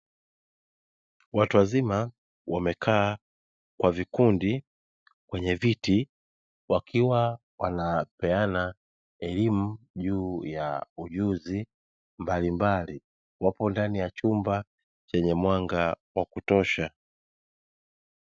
Watu wazima wamekaa kwa vikundi kwenye viti, wakiwa wanapeana elemu juu ya ujuzi mbalimbali, wapo ndani ya chumba chenye mwanga wa kutosha.